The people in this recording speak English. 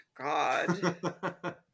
god